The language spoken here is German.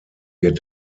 wird